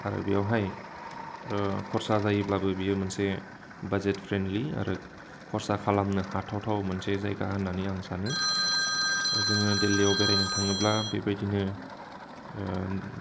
आरो बेवहाय खरसा जायोब्लाबो बियो मोनसे बाजेट फ्रेन्डलि आरो खरसा खालामनो हाथावथाव मोनसे जायगा होननानै आं सानो जोङो दिल्लीयाव बेरायनो थाङोब्ला बेबायदिनो